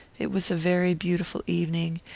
it was a very beautiful evening,